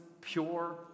pure